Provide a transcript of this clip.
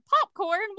Popcorn